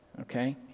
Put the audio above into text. okay